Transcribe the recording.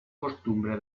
costumbre